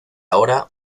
ahora